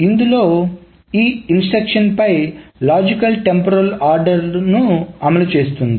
ఇందులో ఈ ఇన్స్ట్రక్షన్ పై లాజికల్ టెంపరల్ ఆర్డర్ ను అమలు చేస్తుంది